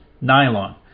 Nylon